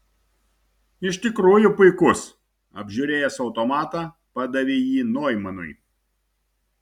iš tikrųjų puikus apžiūrėjęs automatą padavė jį noimanui